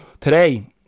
Today